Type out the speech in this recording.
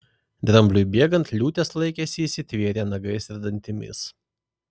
drambliui bėgant liūtės laikėsi įsitvėrę nagais ir dantimis